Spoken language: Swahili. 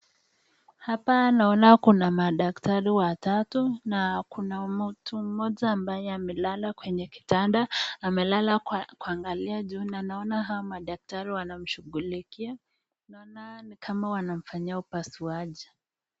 Hapa naoana kuna madaktari watatu na kuna mtu mmoja ambaye amelala kwenye kitanda, amelala kuangalia juu na naona hawa madaktari wanamshughulikia. Naona ni kama wanamfanyia upasuaji.